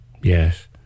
Yes